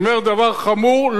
אני אומר דבר חמור,